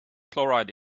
chloride